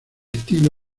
estilo